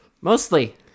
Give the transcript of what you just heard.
mostly